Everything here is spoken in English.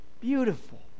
beautiful